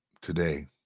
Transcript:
today